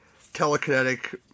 telekinetic